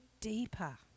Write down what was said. deeper